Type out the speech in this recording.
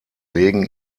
legen